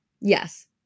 Yes